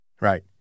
Right